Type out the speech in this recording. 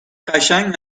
قشنگ